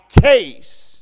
case